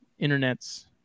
internets